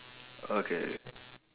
okay